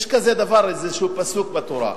יש כזה דבר, פסוק בתורה.